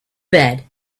bed